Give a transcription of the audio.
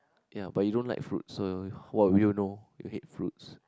ya but you don't like fruits so what would you know you hate fruits